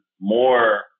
more